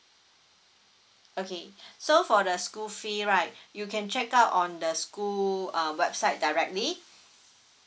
okay so for the school fee right you can check out on the school um website directly